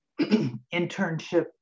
internship